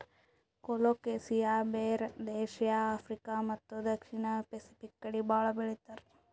colocasia ಬೇರ್ Asia, Africa ಮತ್ತ್ ದಕ್ಷಿಣ್ ಸ್ಪೆಸಿಫಿಕ್ ಕಡಿ ಭಾಳ್ ಬೆಳಿತಾರ್